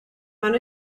mano